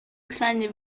kleine